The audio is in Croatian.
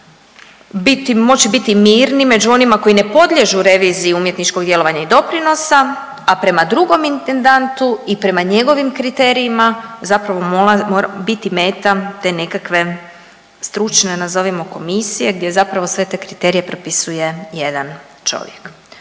moći biti mirni među onima koji ne podliježu reviziji umjetničkog djelovanja i doprinosa, a prema drugom intendantu i prema njegovim kriterijima zapravo mora biti meta te nekakve stručne nazovimo komisije gdje zapravo sve te kriterije propisuje jedan čovjek.